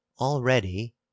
already